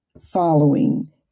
following